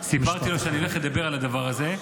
שאני הולך לדבר על הדבר הזה.